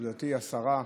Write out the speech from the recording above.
גברתי השרה,